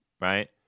right